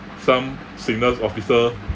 some signals officer